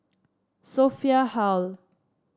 Sophia Hull